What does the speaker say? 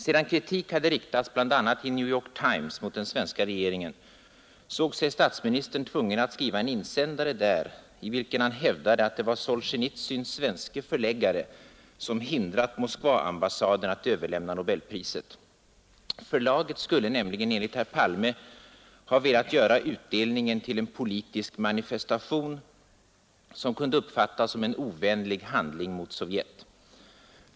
Sedan kritik riktats bl; a. i New York Times mot den svenska regeringen, såg sig statsminister Palme tvungen att skriva en insändare där, i vilken han hävdade att det var Solsjenitsyns svenske förläggare som hindrat Moskvaambassaden att överlämna nobelpriset. Förlaget skulle nämligen enligt herr Palme ha velat göra utdelningen till en politisk manifestation, som kunde uppfattas som en ovänlig handling mot Sovjet.